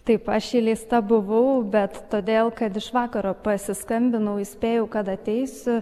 taip aš įleista buvau bet todėl kad iš vakaro pasiskambinau įspėjau kad ateisiu